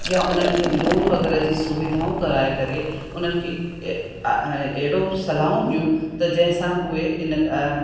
या उन्हनि खे लोन वग़ैरह जी सुविधाऊं कराए करे उन्हनि खे अहिड़ो सलाहूं ॾियूं जंहिंसां उहे इन